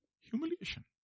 humiliation